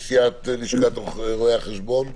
נשיאת לשכת רואי החשבון.